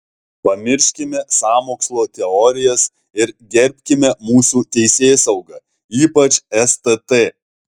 pamirškime sąmokslo teorijas ir gerbkime mūsų teisėsaugą ypač stt